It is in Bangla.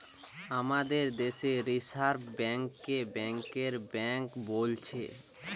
আমাদের দেশে রিসার্ভ বেঙ্ক কে ব্যাংকের বেঙ্ক বোলছে